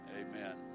amen